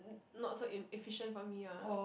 n~ not so in efficient for me ah